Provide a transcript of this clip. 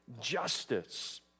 justice